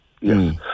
Yes